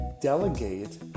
delegate